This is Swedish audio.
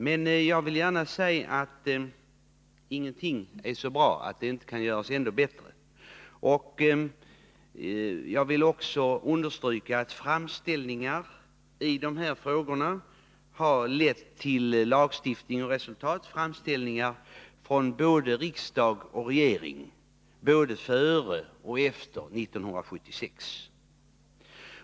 Men jag vill gärna säga att ingenting är så bra att det inte kan göras ännu bättre, och jag vill understryka att framställningar i de här frågorna har lett till lagstiftning — framställningar från både riksdag och regering, både före och efter 1976.